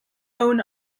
own